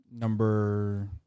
number